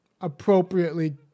appropriately